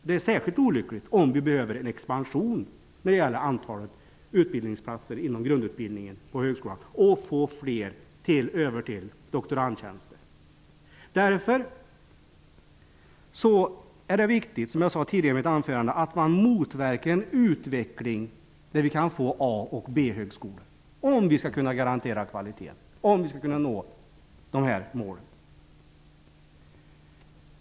Det är särskilt olyckligt, om vi behöver en expansion i fråga om antalet utbildningsplatser inom grundutbildningen på högskolan och få fler över till doktorandtjänster. Därför är det viktigt, som jag sagt tidigare, att man motverkar en utveckling där vi kan få A och B-högskolor, om vi skall kunna garantera kvaliteten och nå de målen.